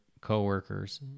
coworkers